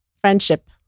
friendship